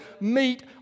meet